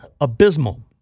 abysmal